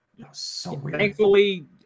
thankfully